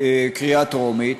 בקריאה טרומית,